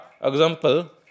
example